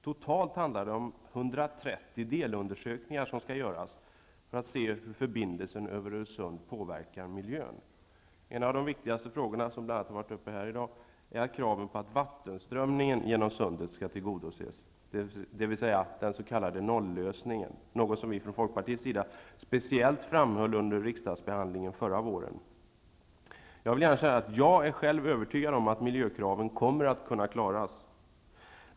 Totalt handlar det om 130 delundersökningar om hur förbindelsen över Öresund påverkar miljön. En av de viktigaste frågorna, som bl.a. har tagits upp i debatten här i dag, är att kraven på att vattenströmningen genom sundet skall tillgodoses, dvs. den s.k. noll-lösningen. Detta är något som vi från Folkpartiets sida speciellt framhöll under riksdagsbehandlingen. Jag är övertygad om att miljökraven kommer att kunna klaras.